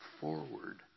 forward